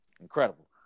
incredible